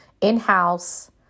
in-house